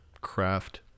craft